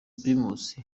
primus